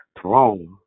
throne